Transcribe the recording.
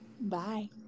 Bye